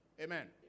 Amen